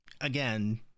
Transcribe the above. again